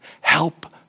Help